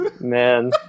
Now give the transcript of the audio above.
man